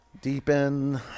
deepen